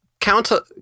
Counter